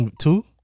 Two